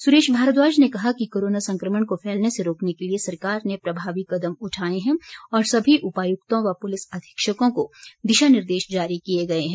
सुरेश भारद्वाज ने कहा कि कोरोना संक्रमण को फैलने से रोकने के लिए सरकार ने प्रभावी कदम उठाए हैं और सभी उपायुक्तों व पुलिस अधीक्षकों को दिशा निर्देश जारी किए गए हैं